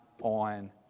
on